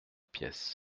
pièces